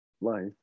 life